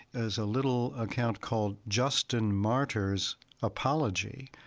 is a little account called justin martyr's apology,